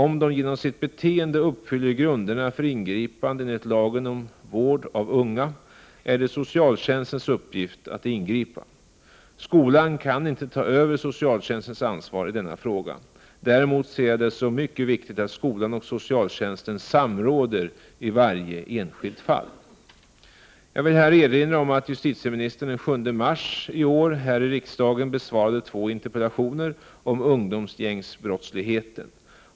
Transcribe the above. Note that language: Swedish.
Om de genom sitt beteende uppfyller grunderna för ingripande enligt lagen om vård av unga är det socialtjänstens uppgift att ingripa. Skolan kan inte ta över socialtjänstens ansvar i denna fråga. Däremot ser jag det som viktigt att skolan och socialtjänsten samråder i varje enskilt fall. Jag vill erinra om att justitieministern den 7 mars i år här i riksdagen besvarade två interpellationer om ungdomsgängsbrottsligheten.